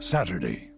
Saturday